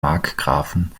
markgrafen